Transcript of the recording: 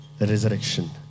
resurrection